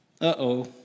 Uh-oh